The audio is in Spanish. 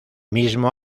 mismo